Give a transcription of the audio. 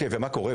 ומה קורה?